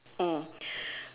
mm